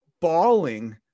bawling